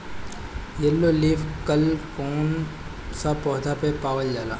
Yellow leaf curl कौन सा पौधा में पावल जाला?